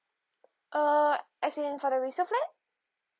uh as in for the resale flat